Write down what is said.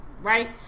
right